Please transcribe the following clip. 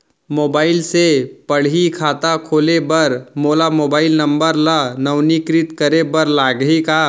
Mobile से पड़ही खाता खोले बर मोला मोबाइल नंबर ल नवीनीकृत करे बर लागही का?